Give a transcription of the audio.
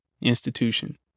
institution